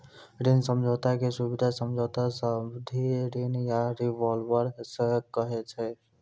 ऋण समझौता के सुबिधा समझौता, सावधि ऋण या रिवॉल्बर सेहो कहै छै